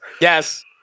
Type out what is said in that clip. Yes